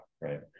right